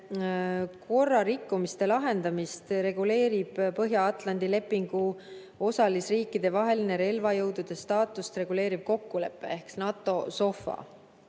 korrarikkumiste lahendamist Põhja-Atlandi lepingu osalisriikide vaheline relvajõudude staatust reguleeriv kokkulepe ehk NATO